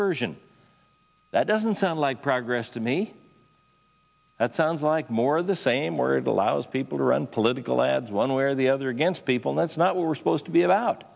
version that doesn't sound like progress to me that sounds like more of the same words allows people to run political ads one way or the other against people that's not what we're supposed to be about